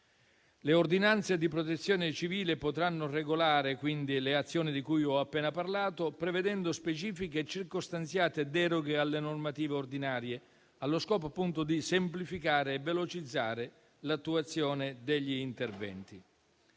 Le ordinanze di protezione civile potranno regolare, quindi, le azioni di cui ho appena parlato prevedendo specifiche e circostanziate deroghe alle normative ordinarie, allo scopo di semplificare e velocizzare l'attuazione degli interventi.